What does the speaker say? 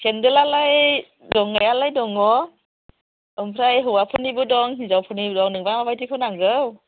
सेन्देलालाय दंनायालाय दङ ओमफ्राय हौवाफोरनिबो दं हिनजावफोरनिबो दं नोंनोबा माबायदिखौ नांगौ